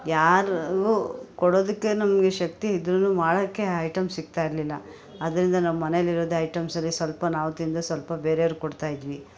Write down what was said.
ಯಾರು ಕೊಡೋದಕ್ಕೆ ನಮಗೆ ಶಕ್ತಿ ಇದ್ರೂ ಮಾಡೋಕ್ಕೆ ಐಟಮ್ ಸಿಗ್ತಾ ಇರ್ಲಿಲ್ಲ ಅದ್ರಿಂದ ನಮ್ಮ ಮನೆಯಲ್ಲಿರೋದೆ ಐಟಮ್ಸಲ್ಲಿ ಸ್ವಲ್ಪ ನಾವು ತಿಂದು ಸ್ವಲ್ಪ ಬೇರೆಯವರಿಗೆ ಕೊಡ್ತಾಯಿದ್ವಿ